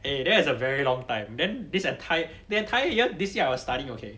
eh that is a very long time then this entire the entire year this year I was studying okay